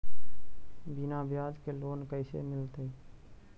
बिना ब्याज के लोन कैसे मिलतै?